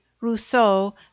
Rousseau